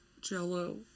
jello